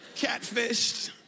catfished